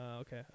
okay